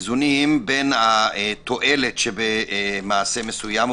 איזונים בין התועלת שבמעשה מסוים,